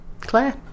Claire